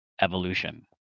evolution